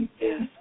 Yes